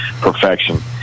perfection